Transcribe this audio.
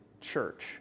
church